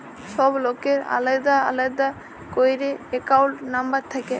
ছব লকের আলেদা আলেদা ক্যইরে একাউল্ট লম্বর থ্যাকে